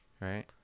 right